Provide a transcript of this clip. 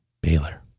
Baylor